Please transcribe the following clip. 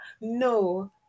no